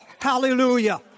Hallelujah